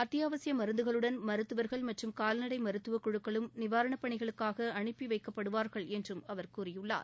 அத்தியாவசிய மருந்துகளுடன் மருத்துவர்கள் மற்றும் கால்நடை மருத்துவக் குழுக்களும் நிவாரணப் பணிகளுக்காக அனுப்பி வைக்கப்படுவார்கள் என்றும் அவர் கூறியுள்ளார்